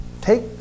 take